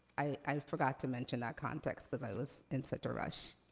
i forgot to mention that context, because i was in such a rush.